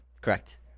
Correct